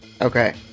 Okay